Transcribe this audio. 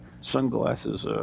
sunglasses